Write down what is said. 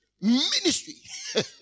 ministry